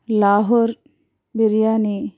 Lahore biryani